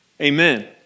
Amen